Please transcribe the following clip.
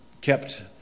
kept